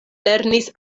lernis